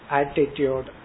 attitude